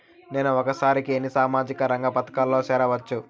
నేను ఒకేసారి ఎన్ని సామాజిక రంగ పథకాలలో సేరవచ్చు?